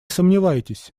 сомневайтесь